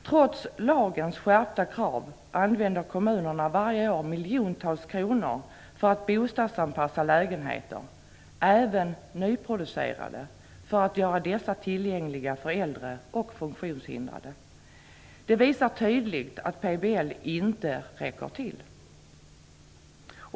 Trots lagens skärpta krav använder kommunerna varje år miljontals kronor för att bostadsanpassa lägenheter, även nyproducerade, för att göra dessa tillgängliga för äldre och funktionshindrade. Det visar tydligt att PBL inte räcker till.